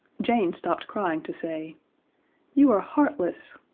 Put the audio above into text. jane stopped crying to say you are heartless.